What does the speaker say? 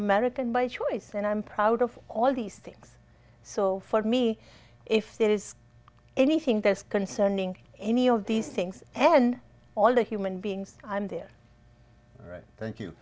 american by choice and i'm proud of all these things so for me if there is anything that's concerning any of these things and all the human beings i'm there all right